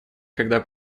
когда